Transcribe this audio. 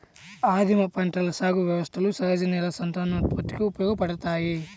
ఆదిమ పంటల సాగు వ్యవస్థలు సహజ నేల సంతానోత్పత్తికి ఉపయోగపడతాయి